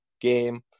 game